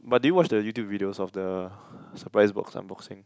but do you watch the YouTube videos of the surprise box unboxing